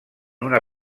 una